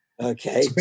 Okay